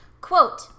Quote